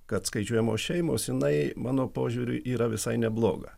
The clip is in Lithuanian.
kad skaičiuojamos šeimos jinai mano požiūriu yra visai nebloga